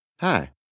Hi